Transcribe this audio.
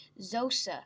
Zosa